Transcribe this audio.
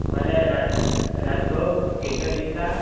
મારે રાજ રાજભોગ કેસર પિસ્તા